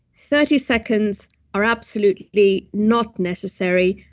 thirty seconds are absolutely not necessary,